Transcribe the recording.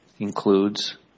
includes